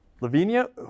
Lavinia